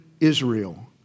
Israel